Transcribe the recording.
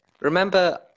Remember